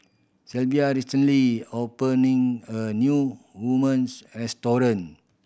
Sylvia recently opening a new restaurant